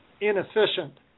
inefficient